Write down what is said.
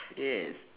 yes